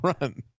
run